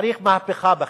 צריך מהפכה בחינוך,